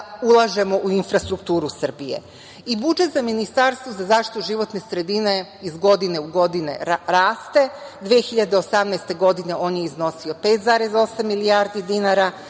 ulažemo u infrastrukturu Srbije. Budžet za Ministarstvo za zaštitu životne sredine iz godine u godine raste. Dakle, 2018. godine je iznosio 5,8 milijardi dinara,